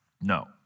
No